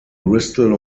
bristol